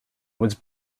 was